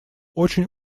очень